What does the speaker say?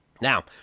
Now